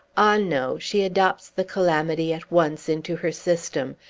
ah, no she adopts the calamity at once into her system,